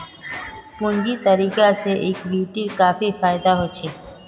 पूंजीगत तरीका से इक्विटीर काफी फायेदा होछे